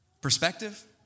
perspective